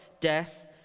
death